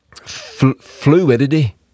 fluidity